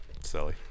Silly